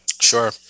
sure